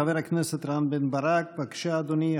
חבר הכנסת רם בן ברק, בבקשה, אדוני.